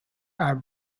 are